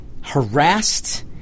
harassed